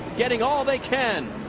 getting all they can.